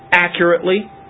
accurately